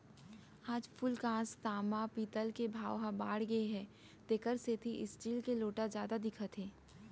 आज फूलकांस, तांबा, पीतल के भाव ह बाड़गे गए हे तेकर सेती स्टील के लोटा जादा दिखत हे